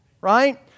Right